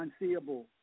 unseeable